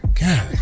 God